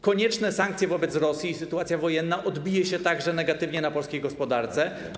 Konieczne sankcje wobec Rosji i sytuacja wojenna także odbiją się negatywnie na polskiej gospodarce.